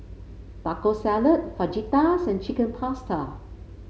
Taco Salad Fajitas and Chicken Pasta